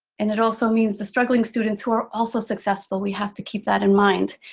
and it also means the struggling students who are also successful. we have to keep that in mind,